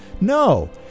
No